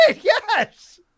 Yes